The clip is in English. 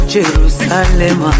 Jerusalem